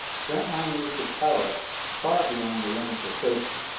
grantline used his power far beyond the limits of safety.